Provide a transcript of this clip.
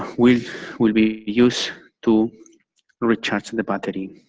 ah will will be used to recharge the battery.